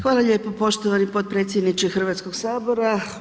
Hvala lijepo poštovani potpredsjedniče Hrvatskog sabora.